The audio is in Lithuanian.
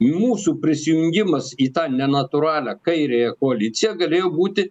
mūsų prisijungimas į tą nenatūralią kairiąją koaliciją galėjo būti